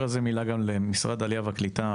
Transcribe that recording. משרד העלייה והקליטה,